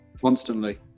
constantly